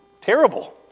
Terrible